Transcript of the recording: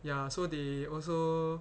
ya so they also